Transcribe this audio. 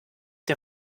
der